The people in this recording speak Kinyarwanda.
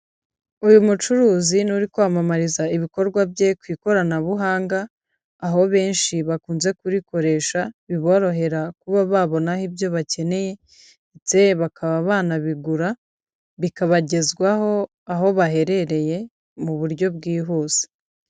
Uyu mucuruzi ni uri kwamamariza ibikorwa bye ku ikoranabuhanga, aho benshi bakunze kurikoresha, biborohera kuba babonaho ibyo bakeneye ndetse bakaba banabigura bikabagezwaho aho baherereye mu buryo bwihuse.